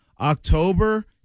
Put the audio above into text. October